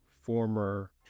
former